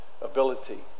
ability